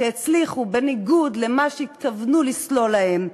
שהצליחו בניגוד למה שהתכוונו לסלול להם,